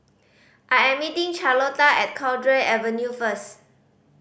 I am meeting Charlotta at Cowdray Avenue first